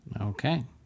Okay